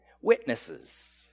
Witnesses